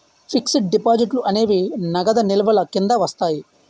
fixed డిపాజిట్లు అనేవి నగదు నిల్వల కింద వస్తాయి